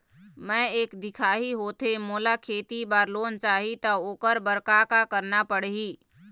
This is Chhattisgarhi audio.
मैं एक दिखाही होथे मोला खेती बर लोन चाही त ओकर बर का का करना पड़ही?